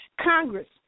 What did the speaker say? Congress